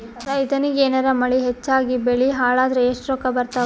ರೈತನಿಗ ಏನಾರ ಮಳಿ ಹೆಚ್ಚಾಗಿಬೆಳಿ ಹಾಳಾದರ ಎಷ್ಟುರೊಕ್ಕಾ ಬರತ್ತಾವ?